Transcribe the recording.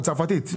לצרפתית,